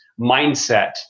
mindset